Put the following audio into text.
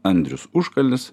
andrius užkalnis